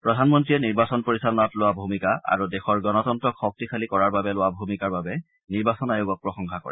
প্ৰধানমন্ত্ৰীয়ে নিৰ্বাচন পৰিচলানাত লোৱা ভূমিকা আৰু দেশৰ গণতন্ত্ৰক শক্তিশালী কৰাৰ বাবে লোৱা ভূমিকাৰ বাবে নিৰ্বাচন আয়োগক প্ৰশংসা কৰে